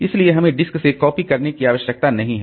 इसलिए हमें डिस्क से कॉपी करने की आवश्यकता नहीं है